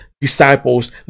disciples